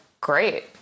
Great